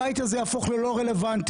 הבית הזה יהפוך ללא רלוונטי.